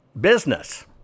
business